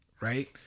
Right